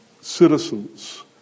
Citizens